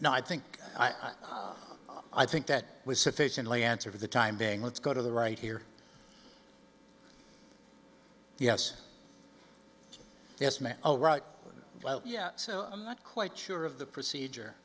now i think i know i think that was sufficiently answer for the time being let's go to the right here yes yes man oh right well yeah so i'm not quite sure of the procedure